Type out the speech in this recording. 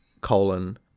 colon